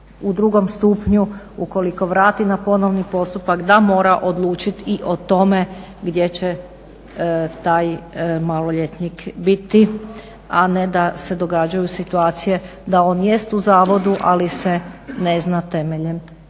u drugom stupnju ukoliko vrati na ponovni postupak da mora odlučiti i o tome gdje će taj maloljetnik biti, a ne da se događaju situacije da on jest u zavodu ali se ne zna temeljem